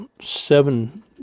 seven